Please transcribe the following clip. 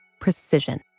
precision